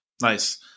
Nice